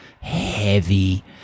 heavy